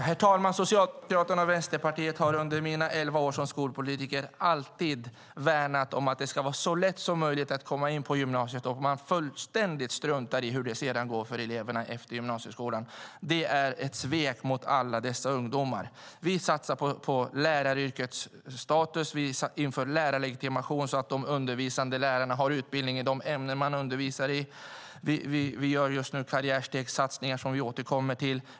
Herr talman! Socialdemokraterna och Vänsterpartiet har under mina elva år som skolpolitiker alltid värnat att det ska vara så lätt som möjligt att komma in på gymnasiet. Man struntar fullständigt i hur det går för eleverna efter gymnasieskolan. Det är ett svek mot alla dessa ungdomar. Vi satsar på läraryrkets status. Vi inför lärarlegitimation så att de undervisande lärarna har utbildning i de ämnen de undervisar i. Vi gör just nu karriärstegssatsningar, som vi återkommer till.